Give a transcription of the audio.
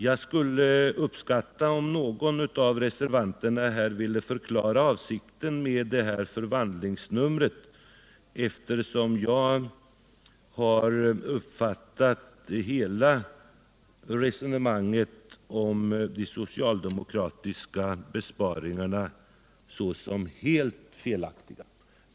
Jag skulle uppskatta om någon av reservanterna ville förklara avsikten med detta förvandlingsnummer, eftersom jag har uppfattat hela resonemanget om de socialdemokratiska besparingarna såsom helt felaktigt.